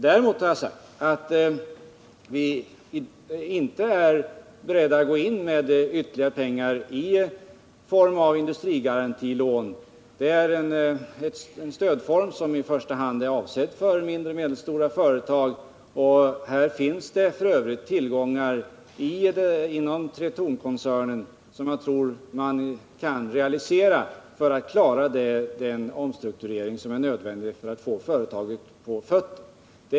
Däremot har jag sagt att vi inte är beredda att gå in med ytterligare pengar i form av industrigarantilån. Det är en stödform som i första hand är avsedd för mindre och medelstora företag. Och det finns f. ö. tillgångar inom Tretornkoncernen som jag tror man kan realisera för att klara den omstrukturering som är nödvändig.